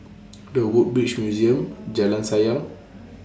The Woodbridge Museum Jalan Sayang